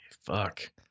fuck